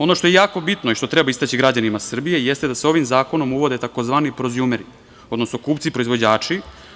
Ono što je jako bitno i što treba istaći građanima Srbije jeste da se ovim zakonom uvode tzv. prozjumeri, odnosno kupci-proizvođači.